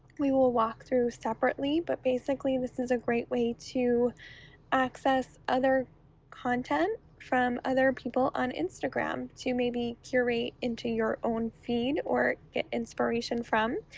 we will walk through separately, but basically this is a great way to access other content from other people on instagram, to maybe curate into your own feed or get inspiration from.